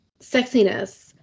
Sexiness